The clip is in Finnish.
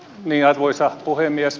arvoisa puhemies